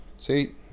See